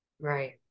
Right